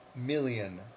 million